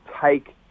take